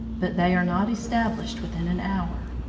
but they are not established within an hour.